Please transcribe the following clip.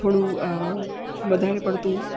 થોડું વધારે પડતું